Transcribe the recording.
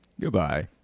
Goodbye